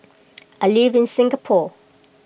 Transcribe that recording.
I live in Singapore